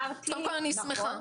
מי יכול לתת לי נתון,